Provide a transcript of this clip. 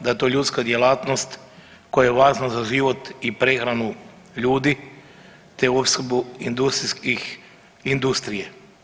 Da je to ljudska djelatnost koja je važna za život i prehranu ljudi te osobu industrijskih, industrije.